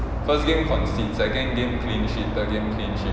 first game concede second game clean sheet third game clean sheet